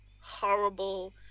horrible